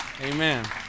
Amen